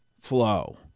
flow